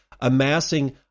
amassing